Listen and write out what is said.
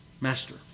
Master